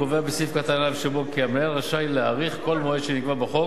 הוא קובע בסעיף קטן (א) שבו כי המנהל רשאי להאריך כל מועד שנקבע בחוק